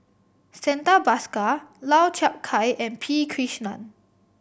Santha Bhaskar Lau Chiap Khai and P Krishnan